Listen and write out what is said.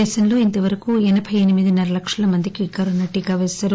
దేశంలో ఇంతవరకు ఎనబై ఎనిమిదిన్న ర లక్షల మందికి కరోనా టీకా పేశారు